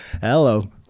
Hello